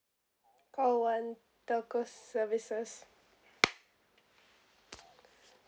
call one telco services